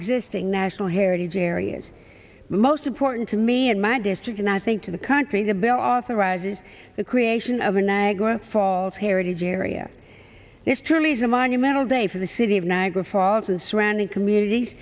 existing national heritage areas most important to me and my district and i think to the country the bill authorizes the creation of the niagara falls heritage area is truly is a monumental day for the city of niagara falls and surrounding communities